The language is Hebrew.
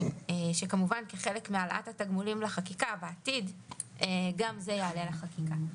שכמובן כחלק מהעלאת התגמולים לחקיקה בעתיד גם זה יעלה לחקיקה.